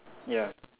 ya